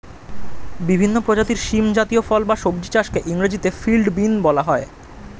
বিভিন্ন প্রজাতির শিম জাতীয় ফল বা সবজি চাষকে ইংরেজিতে ফিল্ড বিন বলা হয়